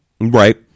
Right